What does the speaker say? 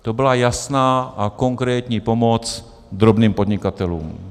To byla jasná a konkrétní pomoc drobným podnikatelům.